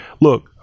Look